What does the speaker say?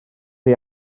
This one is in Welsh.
chi